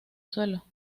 suelo